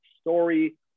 story